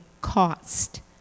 cost